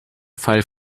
fall